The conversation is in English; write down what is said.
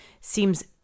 seems